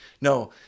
No